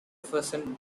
jefferson